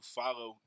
follow